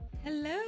Hello